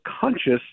conscious